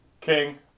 king